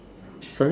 sorry